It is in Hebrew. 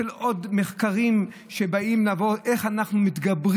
של עוד מחקרים שבאים לומר איך אנחנו מתגברים